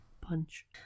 punch